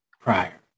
Prior